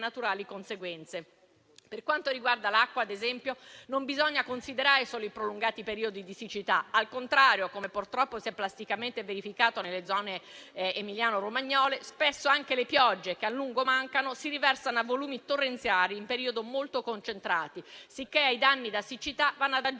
Per quanto riguarda l'acqua, ad esempio, non bisogna considerare solo i prolungati periodi di siccità; al contrario, come, purtroppo, si è plasticamente verificato nelle zone emiliano-romagnole, spesso anche le piogge, che a lungo mancano, si riversano a volumi torrenziali in periodi molto concentrati, sicché ai danni da siccità vanno ad aggiungersi